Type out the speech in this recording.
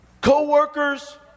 co-workers